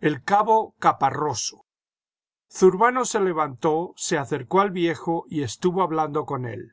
el cabo caparroso zurbano se levantó se acercó al viejo y estuvo hablando con él